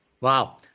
Wow